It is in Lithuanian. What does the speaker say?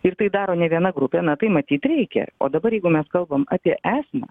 ir tai daro ne viena grupė na tai matyt reikia o dabar jeigu mes kalbam apie esmę